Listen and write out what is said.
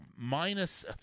minus